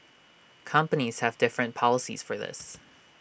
companies have different policies for this